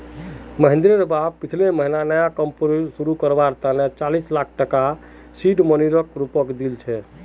महेंद्रेर बाप पिछले महीना नया कंपनी शुरू करवार तने चालीस लाख टकार सीड मनीर रूपत दिल छेक